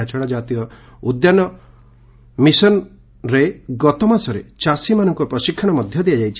ଏହାଛଡ଼ା ଜାତୀୟ ଉଦ୍ୟାନ ମିଶନରେ ଗତମାସରେ ଚାଷୀମାନଙ୍କୁ ପ୍ରଶିକ୍ଷଣ ଦିଆଯାଇଛି